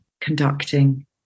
conducting